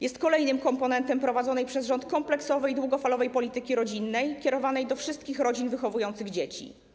Jest on kolejnym komponentem prowadzonej przez rząd kompleksowej i długofalowej polityki rodzinnej kierowanej do wszystkich rodzin wychowujących dzieci.